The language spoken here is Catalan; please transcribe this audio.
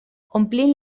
omplint